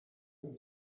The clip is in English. and